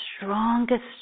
strongest